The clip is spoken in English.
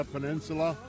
Peninsula